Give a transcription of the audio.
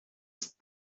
ist